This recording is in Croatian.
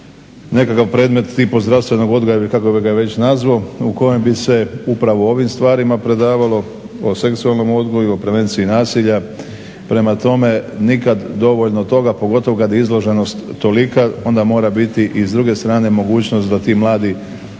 nekakav predmet tipa zdravstvenog odgoja ili kako ga je već nazvao, u kojem bi se upravo o ovim stvarima predavalo – o seksualnom odgoju, o prevenciji nasilja. Prema tome, nikad dovoljno toga , pogotovo kad je izloženost tolika onda mora biti i s druge strane mogućnost da ti mladi